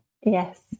yes